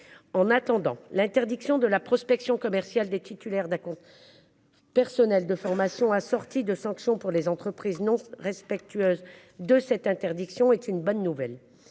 En attendant l'interdiction de la prospection commerciale des titulaires d'un compte. Personnel de formation assorti de sanctions pour les entreprises non respectueuses de cette interdiction est une bonne nouvelle.